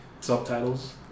subtitles